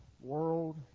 world